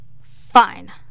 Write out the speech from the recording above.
Fine